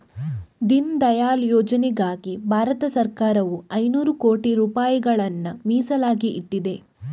ದೀನ್ ದಯಾಳ್ ಯೋಜನೆಗಾಗಿ ಭಾರತ ಸರಕಾರವು ಐನೂರು ಕೋಟಿ ರೂಪಾಯಿಗಳನ್ನ ಮೀಸಲಾಗಿ ಇಟ್ಟಿದೆ